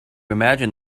imagine